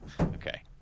Okay